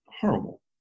horrible